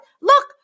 look